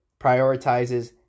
prioritizes